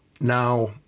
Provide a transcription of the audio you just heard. Now